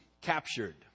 captured